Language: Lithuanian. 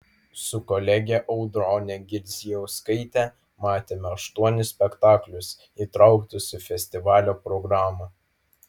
su kolege audrone girdzijauskaite matėme aštuonis spektaklius įtrauktus į festivalio programą